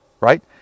right